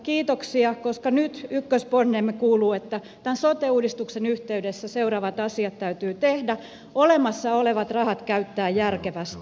kiitoksia koska nyt ykköspontemme kuuluu että tämän sote uudistuksen yhteydessä seuraavat asiat täytyy tehdä olemassa olevat rahat käyttää järkevästi